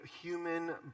human